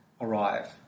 arrive